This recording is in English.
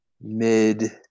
mid